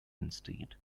instead